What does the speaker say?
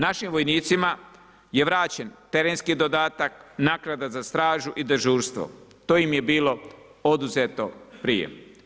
Našim vojnicima je vraćen terenski dodatak, naknada za stražu i dežurstvo, to im je bilo oduzeto prije.